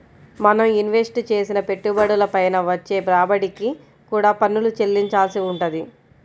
మనం ఇన్వెస్ట్ చేసిన పెట్టుబడుల పైన వచ్చే రాబడికి కూడా పన్నులు చెల్లించాల్సి వుంటది